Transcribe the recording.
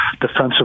defensive